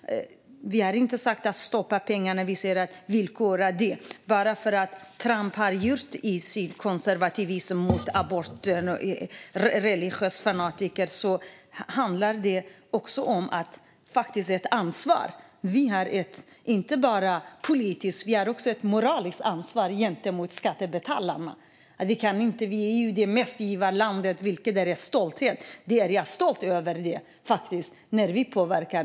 Vi har inte sagt att man ska stoppa pengarna, vi har sagt att de ska villkoras. Bara för att Trump har varit konservativ när det gäller aborter och en religiös fanatiker handlar det också om ett ansvar. Vi har inte bara ett politiskt utan också ett moraliskt ansvar gentemot skattebetalarna. Vi är det största givarlandet och påverkar, vilket jag är stolt över.